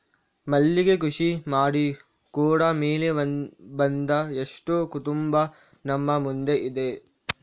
ಮಲ್ಲಿಗೆ ಕೃಷಿ ಮಾಡಿ ಕೂಡಾ ಮೇಲೆ ಬಂದ ಎಷ್ಟೋ ಕುಟುಂಬ ನಮ್ಮ ಮುಂದೆ ಇದೆ